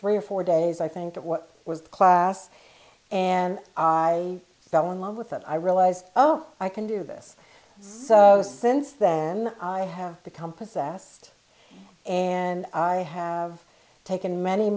three or four days i think that what was the class and i fell in love with it i realized oh i can do this since then i have become possessed and i have taken many